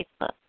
Facebook